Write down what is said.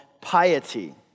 piety